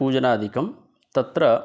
पूजनादिकं तत्र